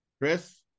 Chris